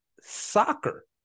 soccer